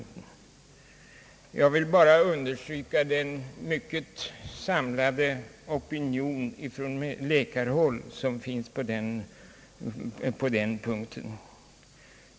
Jag vill bara understryka den mycket samlade opinion från läkarhåll som existerar på denna punkt.